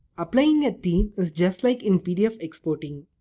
applying theme is just like in pdf exporting.